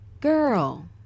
girl